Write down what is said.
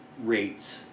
rates